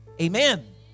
amen